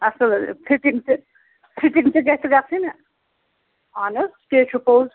اَصٕل حظ فِٹنٛگ تہِ فِٹنٛگ تہِ گژھِ گژھٕنۍ اہن حظ تہِ ہے چھُ پوٚز